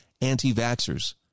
anti-vaxxers